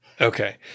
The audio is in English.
Okay